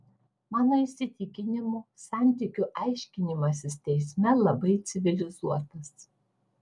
mano įsitikinimu santykių aiškinimasis teisme labai civilizuotas